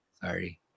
Sorry